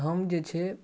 हम जे छै